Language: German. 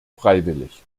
freiwillig